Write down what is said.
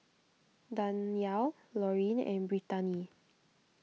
Danyell Laureen and Brittani